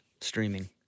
streaming